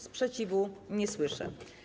Sprzeciwu nie słyszę.